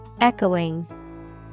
Echoing